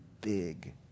big